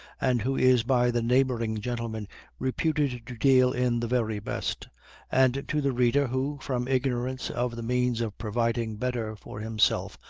and who is by the neighboring gentlemen reputed to deal in the very best and to the reader, who, from ignorance of the means of providing better for himself,